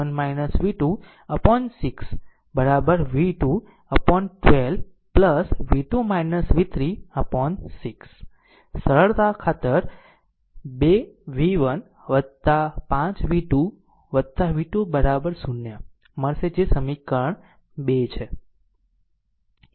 તો v1 v2 upon 6 v2 upon 12 v2 v3 upon 6 સરળતા પ2 v1 5 v2 v2 0 મળશે જે આ સમીકરણ 2 છે